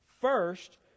First